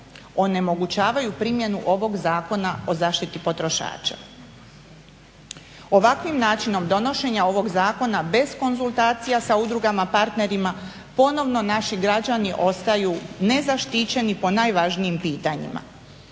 onemogućavaju primjenu ovog Zakona o zaštiti potrošača. Ovakvim načinom donošenja ovog zakona bez konzultacija sa udrugama partnerima ponovno naši građani ostaju ne zaštićeni po najvažnijim pitanjima.